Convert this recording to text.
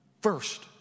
First